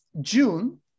June